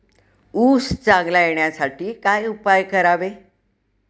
ऊस चांगला येण्यासाठी काय उपाय करावे?